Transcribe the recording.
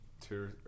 two